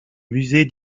musée